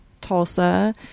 Tulsa